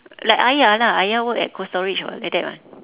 like ayah lah ayah work at cold storage [what] like that [what]